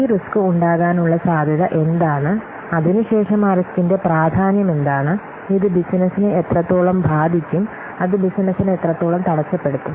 ഈ റിസ്ക് ഉണ്ടാകാനുള്ള സാധ്യത എന്താണ് അതിനുശേഷം ആ റിസ്കിന്റെ പ്രാധാന്യം എന്താണ് ഇത് ബിസിനസിനെ എത്രത്തോളം ബാധിക്കും അത് ബിസിനസിനെ എത്രത്തോളം തടസ്സപ്പെടുത്തും